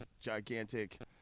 gigantic